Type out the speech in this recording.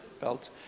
belt